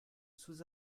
sous